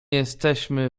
jesteśmy